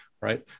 right